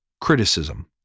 criticism